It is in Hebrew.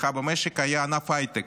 לצמיחה במשק היה ענף ההייטק.